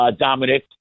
Dominic